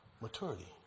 maturity